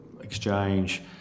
exchange